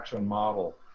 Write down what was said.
model